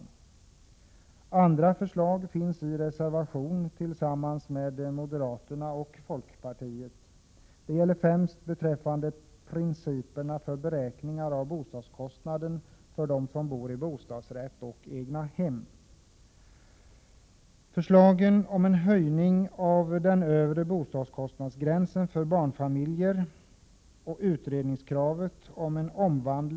Ytterligare förslag finns i reservation tillsammans med moderata samlingspartiet och folkpartiet. Det gäller främst beträffande principerna för beräkning av bostadskostnaden för dem som bor i lägenhet med bostadsrätt och i egnahem.